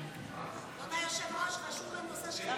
אדוני היושב-ראש, חשוב הנושא של,